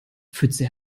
pfütze